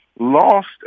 Lost